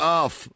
off